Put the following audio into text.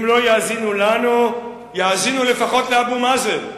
אם לא יאזינו לנו, יאזינו לפחות לאבו מאזן.